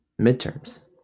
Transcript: midterms